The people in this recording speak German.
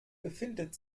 befindet